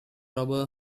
rubber